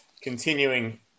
continuing